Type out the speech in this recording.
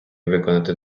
виконати